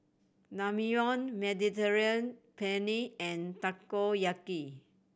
Naengmyeon Mediterranean Penne and Takoyaki